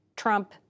Trump